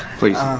please.